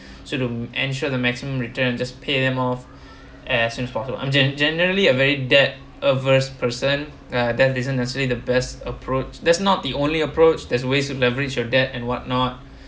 so to ensure the maximum return just pay them off as soon as possible I'm gen~ generally a very debt averse person uh debt isn't necessarily the best approach that's not the only approach there's ways to leverage your debt and what not